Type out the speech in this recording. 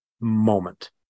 moment